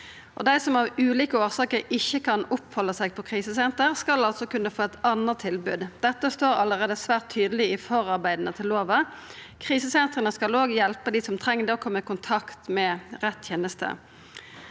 Dei som av ulike årsaker ikkje kan opphalda seg på krisesenter, skal altså kunna få eit anna tilbod. Dette står allereie svært tydeleg i forarbeida til lova. Krisesentera skal òg hjelpa dei som treng det, å koma i kontakt med rett teneste.